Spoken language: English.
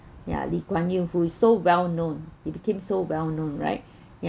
yeah lee-kuan-yew who is well known he became so well known right ya